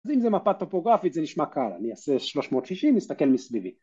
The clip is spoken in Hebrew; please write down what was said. אז אם זה מפת טופוגרפית זה נשמע קל, אני אעשה 360, מסתכל מסביבי